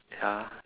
ya